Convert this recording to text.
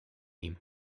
ihm